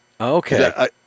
Okay